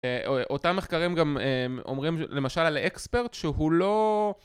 אותם מחקרים גם אומרים למשל על אקספרט שהוא לא